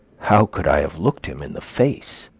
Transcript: how could i have looked him in the face?